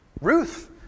Ruth